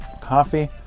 coffee